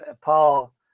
Paul